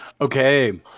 Okay